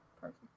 perfect